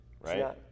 Right